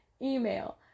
email